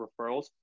referrals